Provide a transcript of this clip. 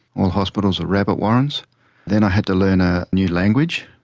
all hospitals are rabbit warrens then i had to learn a new language,